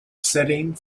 setting